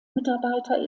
mitarbeiter